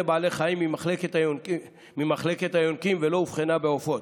בעלי חיים ממחלקת היונקים ולא אובחנה בעופות,